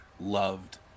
loved